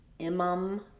Imam